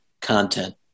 content